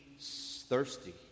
thirsty